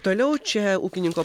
toliau čia ūkininko